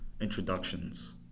introductions